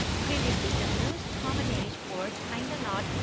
previously the most common age for tying the knot,